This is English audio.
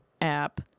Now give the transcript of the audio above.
app